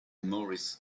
maurice